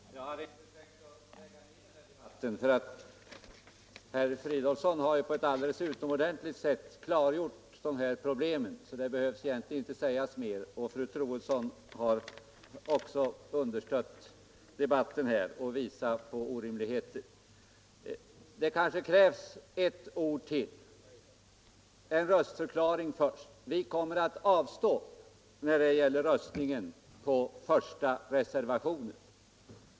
Fru talman! Jag hade inte tänkt lägga mig i den här debatten, för herr Fridolfsson har på ett alldeles utomordentligt sätt klargjort problemen och fru Troedsson har också visat vilka orimligheter som föreligger. Ändå krävs det kanske ett ord till. Först en röstförklaring: Vi kommer att avstå från att rösta i voteringen om reservationen 1.